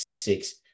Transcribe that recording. six